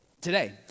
Today